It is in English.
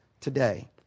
today